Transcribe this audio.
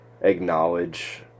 acknowledge